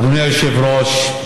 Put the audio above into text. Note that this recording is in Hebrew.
אדוני היושב-ראש,